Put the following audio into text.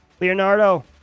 Leonardo